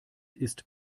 ist